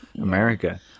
america